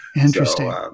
Interesting